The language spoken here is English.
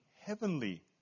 heavenly